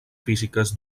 físiques